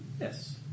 Yes